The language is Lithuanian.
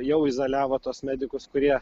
jau izoliavo tuos medikus kurie